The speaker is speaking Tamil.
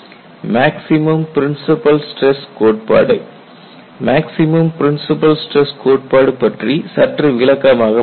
மேக்ஸிமம் பிரின்ஸிபல் ஸ்டிரஸ் கோட்பாடு மேக்ஸிமம் பிரின்ஸிபல் ஸ்டிரஸ் கோட்பாடு பற்றி சற்று விளக்கமாக பார்க்கலாம்